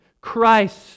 Christ